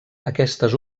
aquestes